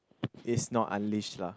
is not unleashed lah